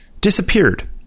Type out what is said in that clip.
disappeared